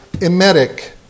emetic